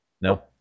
No